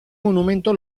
monumento